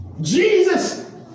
Jesus